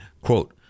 Quote